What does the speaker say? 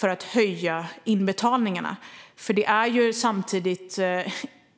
Det är ju